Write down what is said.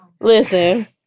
listen